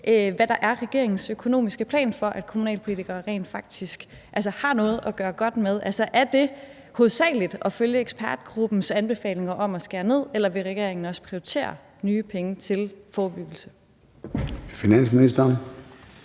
hvad der er regeringens økonomiske plan for, at kommunalpolitikere rent faktisk har noget at gøre godt med. Altså, er det hovedsagelig at følge ekspertgruppens anbefalinger om at skære ned, eller vil regeringen også prioritere nye penge til forebyggelse? Kl.